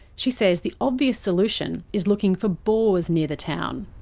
she says the obvious solution is looking for bores near the town.